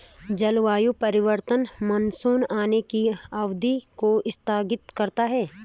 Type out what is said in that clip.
जलवायु परिवर्तन मानसून आने की अवधि को स्थगित करता है